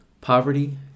Poverty